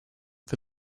for